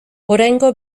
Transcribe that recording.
oraingo